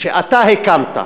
שאתה הקמת,